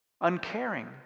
uncaring